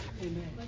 Amen